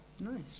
Nice